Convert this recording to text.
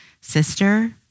Sister